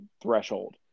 threshold